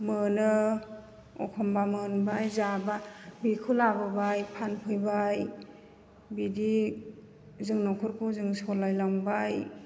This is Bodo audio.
मोनो एखमब्ला मोनबाय जाबाय बेखौ लाबाय फानफैबाय बिदि जों न'खरखौ जों सालायलांबाय